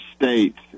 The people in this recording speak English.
states